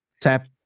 tap